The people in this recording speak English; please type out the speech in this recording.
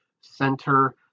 center